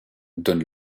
donne